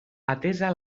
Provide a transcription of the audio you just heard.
atesa